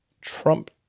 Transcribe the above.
Trump